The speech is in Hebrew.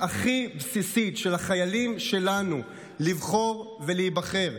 הכי בסיסית של החיילים שלנו לבחור ולהיבחר,